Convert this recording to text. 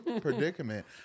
predicament